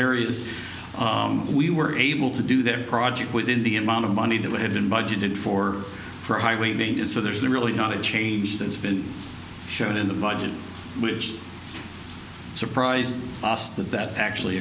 areas we were able to do that project within the amount of money that would have been budgeted for is so there's really not a change that's been shown in the budget which surprised us that that actually